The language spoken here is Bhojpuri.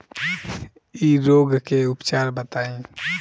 इ रोग के उपचार बताई?